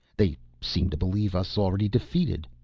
they seem to believe us already defeated.